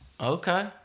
Okay